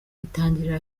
itangirira